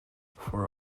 for